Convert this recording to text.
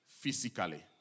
physically